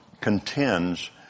contends